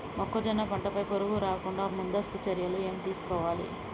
మొక్కజొన్న పంట పై పురుగు రాకుండా ముందస్తు చర్యలు ఏం తీసుకోవాలి?